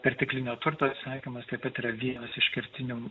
perteklinio turto atsisakymas taip pat yra vienas iš kertinių